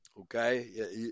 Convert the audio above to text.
okay